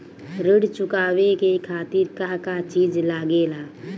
ऋण चुकावे के खातिर का का चिज लागेला?